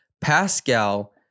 Pascal